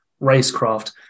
racecraft